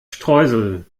streusel